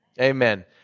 amen